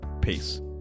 Peace